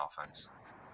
offense